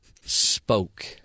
spoke